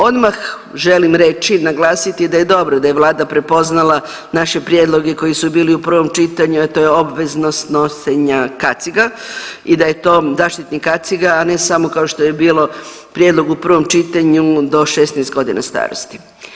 Odmah želim reći i naglasiti da je dobro da je vlada prepoznala naše prijedloge koji su bili u prvom čitanju, a to je obveznost nošenja kaciga i da je to, zaštitnih kaciga, a ne samo kao što je bilo u prijedlogu u prvom čitanju do 16.g. starosti.